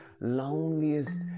loneliest